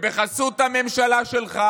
ובחסות הממשלה שלך,